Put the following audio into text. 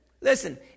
listen